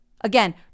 again